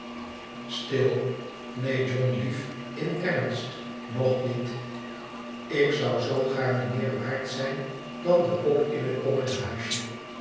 stil neen john lief in ernst nog niet ik zou zoo gaarne meer waard zijn dan de pop in het